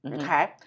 Okay